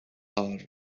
are